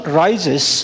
rises